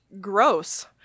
gross